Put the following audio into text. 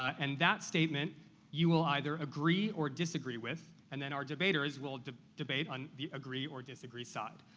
and that statement you will either agree or disagree with, and then our debaters will debate on the agree or disagree side.